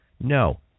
No